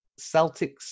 Celtics